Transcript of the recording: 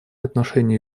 отношение